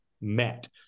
met